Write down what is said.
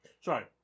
Sorry